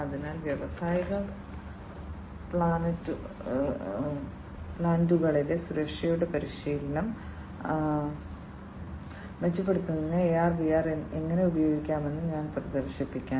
അതിനാൽ വ്യാവസായിക പ്ലാന്റുകളിലെ സുരക്ഷയുടെ പരിശീലനം മെച്ചപ്പെടുത്തുന്നതിന് AR VR എങ്ങനെ ഉപയോഗിക്കാമെന്ന് ഞാൻ പ്രദർശിപ്പിക്കും